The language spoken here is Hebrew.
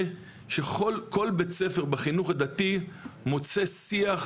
שכל בית ספר בחינוך הדתי מוצא שיח,